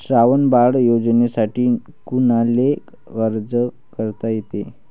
श्रावण बाळ योजनेसाठी कुनाले अर्ज करता येते?